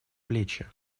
плечи